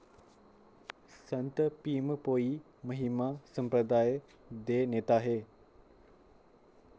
संत भीम भोई महिमा संप्रदाय दे नेता हे